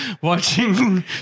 watching